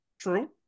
True